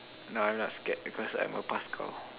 no I'm not scared because I'm a paskal